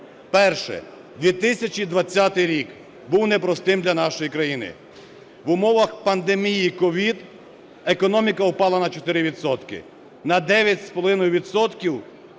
Перше. 2020 рік був непростим для нашої країни. В умовах пандемії COVID економіка впала на 4 відсотки,